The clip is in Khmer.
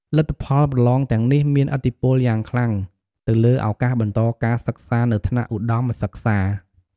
លទ្ធផលប្រឡងទាំងនេះមានឥទ្ធិពលយ៉ាងខ្លាំងទៅលើឱកាសបន្តការសិក្សានៅថ្នាក់ឧត្តមសិក្សា។